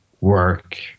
work